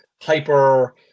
hyper